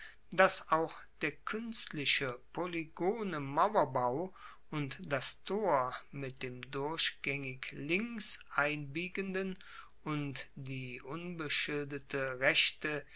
dass auch der kuenstliche polygone mauerbau und das tor mit dem durchgaengig links einbiegenden und die unbeschildete rechte